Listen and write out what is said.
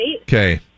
Okay